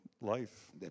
life